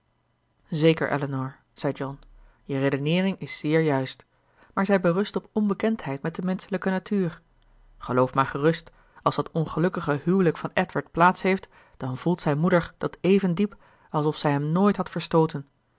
zeker elinor zei john je redeneering is zeer juist maar zij berust op onbekendheid met de menschelijke natuur geloof maar gerust als dat ongelukkige huwelijk van edward plaats heeft dan voelt zijn moeder dat even diep alsof zij hem nooit had verstooten